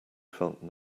felt